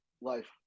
life